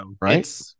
right